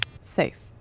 Safe